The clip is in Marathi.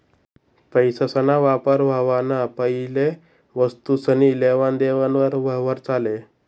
पैसासना वापर व्हवाना पैले वस्तुसनी लेवान देवान वर यवहार चाले